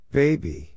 baby